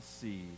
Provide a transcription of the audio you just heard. see